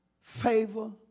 favor